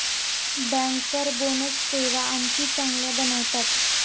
banker bonus सेवा आणखी चांगल्या बनवतात